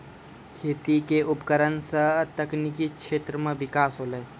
खेती क उपकरण सें तकनीकी क्षेत्र में बिकास होलय